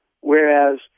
whereas